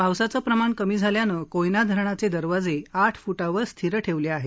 पावसाचं प्रमाण कमी झाल्यानं कोयना धरणाचे दरवाजे आठ फुटावर स्थिर ठेवले आहेत